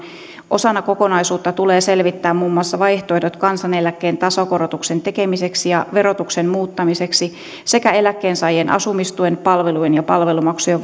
osana kokonaisuutta tulee selvittää muun muassa vaihtoehdot kansaneläkkeen tasokorotuksen tekemiseksi ja verotuksen muuttamiseksi sekä eläkkeensaajien asumistuen palvelujen ja palvelumaksujen